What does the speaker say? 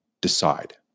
decide